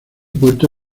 puerto